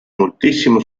moltissimo